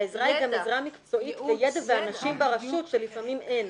העזרה היא גם עזרה מקצועית וידע ואנשים ברשות שלפעמים אין.